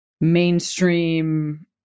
mainstream